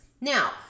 Now